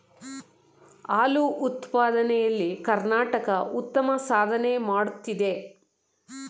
ಹಾಲು ಉತ್ಪಾದನೆ ಎಲ್ಲಿ ಕರ್ನಾಟಕ ಉತ್ತಮ ಸಾಧನೆ ಮಾಡುತ್ತಿದೆ